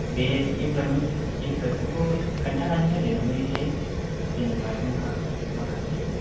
बे इमप्लयमेन्ट इमप्लयफोरखौ खोन्थानानै होदो नोङो एसे जेनोबा जोंहा माखासे